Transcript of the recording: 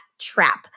trap